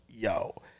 yo